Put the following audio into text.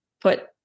put